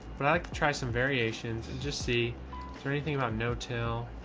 but i like to try some variations and just see is there anything about no till